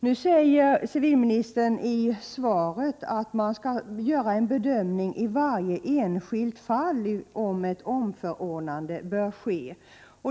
Nu säger civilministern i svaret att det skall göras en bedömning i varje enskilt fall huruvida ett omförordnande bör ske.